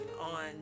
on